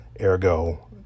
Ergo